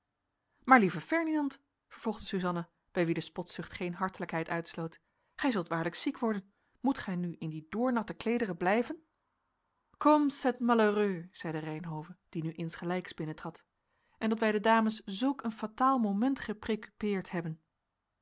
maar lieve ferdinand vervolgde suzanna bij wie de spotzucht geen hartelijkheid uitsloot gij zult waarlijk ziek worden moet gij nu in die doornatte kleederen blijven comme c'est malheureux zeide reynhove die nu insgelijks binnentrad en dat wij de dames zulk een fataal moment